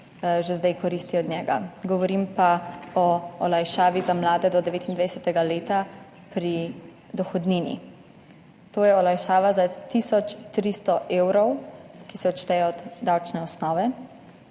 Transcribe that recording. že zdaj koristi od njega, govorim pa o olajšavi za mlade do 29. leta pri dohodnini. To je olajšava za tisoč 300 evrov, ki se odšteje od davčne osnove.